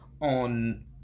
on